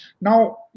Now